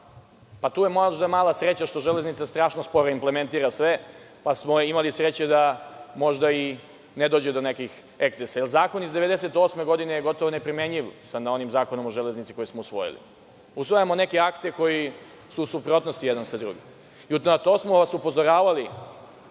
Tu je možda mala sreća što železnica sporo implementira sve, pa smo imali sreće što nije došlo do nekih ekscesa. Zakon iz 1998. godine je gotovo neprimenjiv sa onim Zakonom o železnici koji smo usvojili. Usvajamo neke akte koji su u suprotnosti jedan sa drugim. Na to smo vas upozoravali